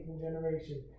generation